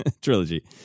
trilogy